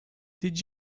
did